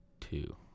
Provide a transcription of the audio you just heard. two